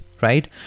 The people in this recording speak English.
right